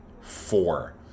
four